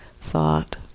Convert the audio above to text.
thought